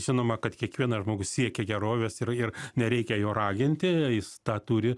žinoma kad kiekvienas žmogus siekia gerovės ir ir nereikia jo raginti jis tą turi